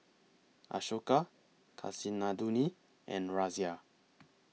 Ashoka Kasinadhuni and Razia